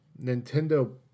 Nintendo